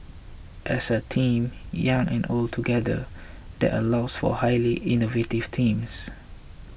as a team young and old together that allows for highly innovative teams